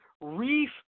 reef